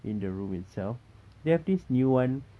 in the room itself they have this new one